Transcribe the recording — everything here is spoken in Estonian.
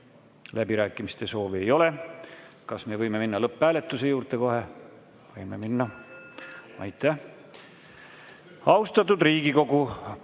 Läbirääkimiste soovi ei ole. Kas me võime kohe minna lõpphääletuse juurde? Võime minna. Aitäh! Austatud Riigikogu,